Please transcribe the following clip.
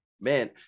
man